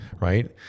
right